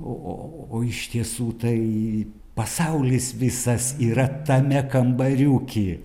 o iš tiesų tai pasaulis visas yra tame kambariuke